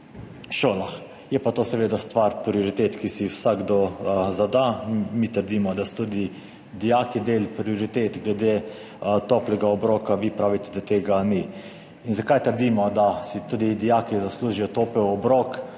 šolah. Je pa to seveda stvar prioritet, ki si jih vsakdo zada. Mi trdimo, da so tudi dijaki del prioritet glede toplega obroka. Vi pravite, da tega ni. In zakaj trdimo, da si tudi dijaki zaslužijo topel obrok?